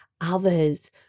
others